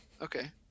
Okay